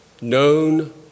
known